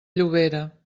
llobera